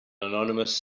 anonymous